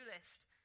list